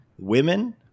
Women